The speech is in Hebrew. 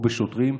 או בשוטרים,